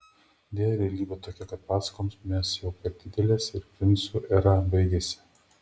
deja realybė tokia kad pasakoms mes jau per didelės ir princų era baigėsi